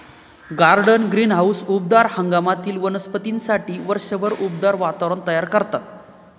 garden greenhouse उबदार हंगामातील वनस्पतींसाठी वर्षभर उबदार वातावरण तयार करतात